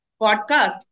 podcast